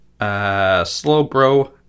Slowbro